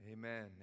Amen